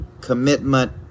commitment